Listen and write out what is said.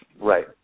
Right